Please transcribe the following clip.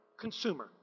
Consumer